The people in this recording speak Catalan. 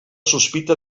sospita